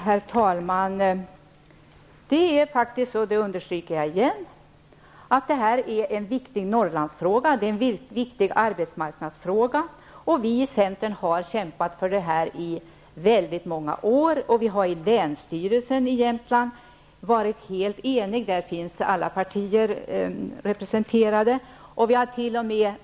Herr talman! Jag understryker ännu en gång att det här är både en viktig Norrlandsfråga och en viktig arbetsmarknadsfråga. Vi i centern har kämpat i denna fråga under väldigt många år. I länsstyrelsen i Jämtlands län -- där alla partier finns representerade -- har vi varit helt eniga.